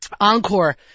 Encore